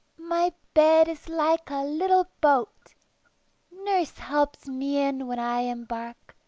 my bed is like a little boat nurse helps me in when i embark